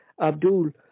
Abdul